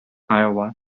iowa